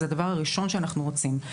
זה הדבר הראשון שאנחנו רוצים.